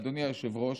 אדוני היושב-ראש,